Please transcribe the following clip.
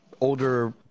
older